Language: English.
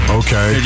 okay